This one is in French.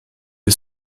est